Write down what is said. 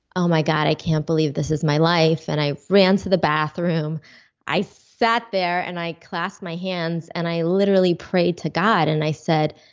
oh, my god. i can't believe this is my life, and i ran to the bathroom i sat there and i clasped my hands and i literally prayed to god and i said,